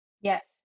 yes